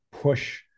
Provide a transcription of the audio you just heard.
push